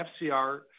FCR